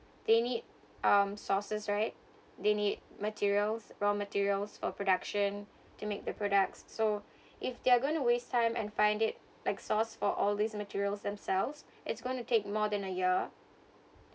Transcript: they need um sources right they need materials raw materials for production to make the products so if they're going to waste time and find it like source for all these materials themselves it's going to take more than a year